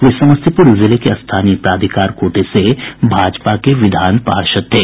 वे समस्तीपुर जिले के स्थानीय प्राधिकार कोटे से भाजपा के विधान पार्षद थे